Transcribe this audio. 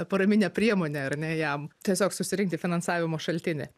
paraminė priemonė ar ne jam tiesiog susirinkti finansavimo šaltinį